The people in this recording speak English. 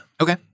Okay